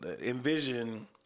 Envision